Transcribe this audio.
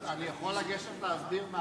אני יכול לגשת להסביר מהמקרופון?